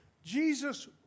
Jesus